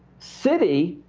citi,